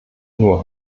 nur